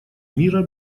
мира